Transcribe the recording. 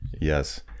Yes